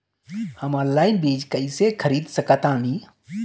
हम ऑनलाइन बीज कईसे खरीद सकतानी?